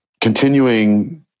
continuing